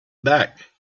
back